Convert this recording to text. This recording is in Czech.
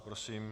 Prosím.